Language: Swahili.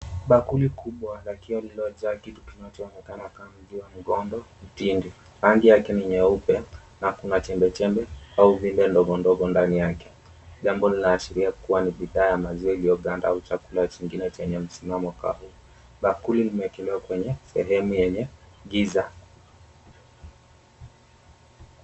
Bakuli kubwa lakioekelewa jagi, kinachoonekana kama mziwa mgondo mtindi, rangi yake ni nyeupe na kuna chembechembe au vimbe ndogondogo ndani yake, jambo linaashiria kuwa ni bidhaa ya maziwa iliyoganda au chakula chingine chenye msimamo kavu, bakuli imeekelewa kwenye sehemu yenye giza.